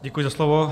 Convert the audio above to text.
Děkuji za slovo.